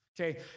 okay